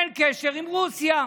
אין קשר עם רוסיה.